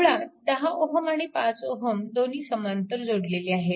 मुळात 10 Ω आणि 5 Ω दोन्ही समांतर जोडलेले आहेत